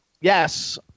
Yes